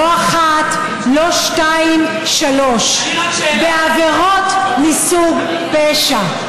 לא אחת, לא שתיים, שלוש, בעבירות מסוג פשע.